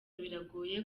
biragoye